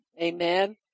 Amen